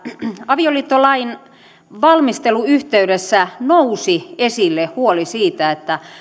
avioliittolain valmistelun yhteydessä nousi esille huoli siitä että